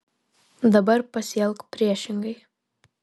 dabar pasielk priešingai